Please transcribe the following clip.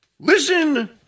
Listen